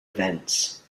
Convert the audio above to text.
events